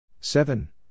Seven